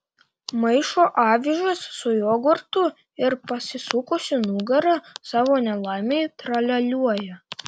maišo avižas su jogurtu ir pasisukusi nugara savo nelaimei tralialiuoja